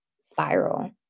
spiral